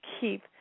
keep